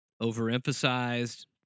overemphasized